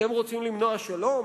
אתם רוצים למנוע שלום?